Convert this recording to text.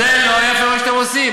זה לא יפה, מה שאתם עושים.